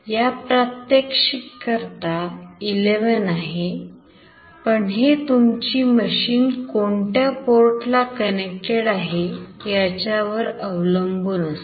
या प्रात्यक्षिक करता 11 आहे पण हे तुमची मशीन कोणत्या पोर्टल ला कनेक्टेड आहे याच्यावर अवलंबून आहे